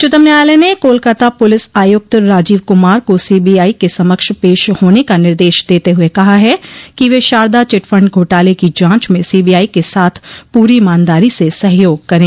उच्चतम न्यायालय ने कोलकाता पुलिस आयुक्त राजीव कुमार को सीबीआई के समक्ष पेश होने का निर्देश देत हुए कहा है कि वे शारदा चिटफंड घोटाले की जांच में सीबीआई के साथ पूरी ईमानदारी से सहयोग करें